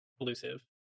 elusive